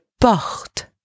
porte